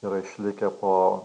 yra išlikę po